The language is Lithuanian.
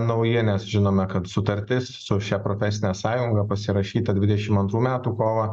nauja nes žinome kad sutartis su šia profesine sąjunga pasirašyta dvidešim antrų metų kovą